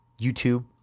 YouTube